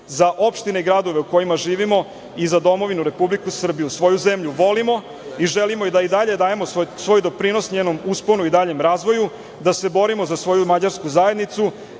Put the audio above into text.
za opštine i gradove u kojima živimo i za domovinu Republiku Srbiju. Svoju zemlju volimo i želimo da i dalje dajemo svoj doprinos njenom usponu i daljem razvoju, da se borimo za svoju mađarsku zajednicu,